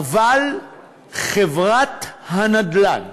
אבל חברת הנדל"ן